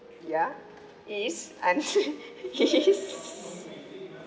ya is unsure is